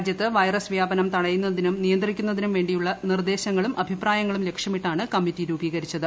രാജ്യത്ത് വൈറ്റ്ജി വ്യാപനം തടയുന്നതിനും നിയന്ത്രിക്കുന്നതിനും വേണ്ടിയുള്ളൂ നിർദ്ദേശങ്ങളും അഭിപ്രായങ്ങളും ലക്ഷ്യമിട്ടാണ് കമ്മിറ്റി രൂപീക്ക്രിച്ചത്